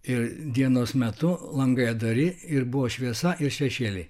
ir dienos metu langai atdari ir buvo šviesa ir šešėliai